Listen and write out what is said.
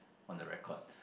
on the record